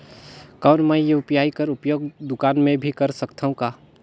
कौन मै यू.पी.आई कर उपयोग दुकान मे भी कर सकथव का?